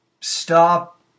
stop